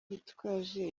witwaje